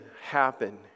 happen